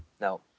no